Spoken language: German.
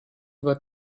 wird